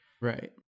Right